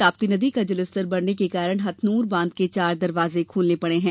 ताप्ती नदी का जलस्तर बढ़ने के कारण हथनूर बांध के चार दरवाजे खोलना पड़े हैं